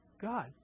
God